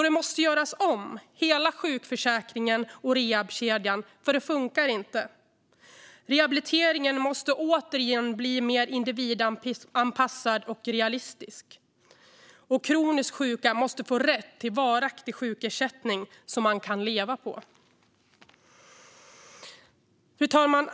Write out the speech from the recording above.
Det måste alltså göras om, hela sjukförsäkringen och rehabkedjan, eftersom det inte funkar. Rehabiliteringen måste återigen bli mer individanpassad och realistisk. Och kroniskt sjuka måste få rätt till varaktig sjukersättning som man kan leva på. Fru talman!